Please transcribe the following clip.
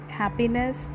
happiness